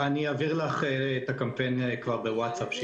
אני אעביר לך את הקמפיין בוואטסאפ.